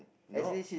no